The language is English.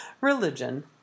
religion